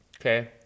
Okay